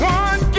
one